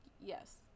Yes